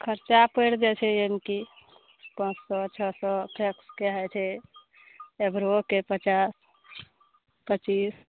खरचा पड़ि जाइ छै यानि कि पाँच सओ छओ सओ वैक्सके होइ छै आइब्रोके पचास पचीस